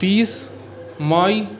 तीस मइ